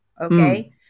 okay